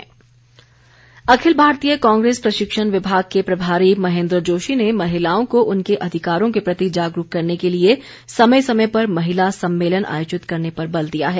कांग्रेस अखिल भारतीय कांग्रेस प्रशिक्षण विभाग के प्रभारी महेन्द्र जोशी ने महिलाओं को उनके अधिकारों के प्रति जागरूक करने के लिए समय समय पर महिला सम्मेलन आयोजित करने पर बल दिया है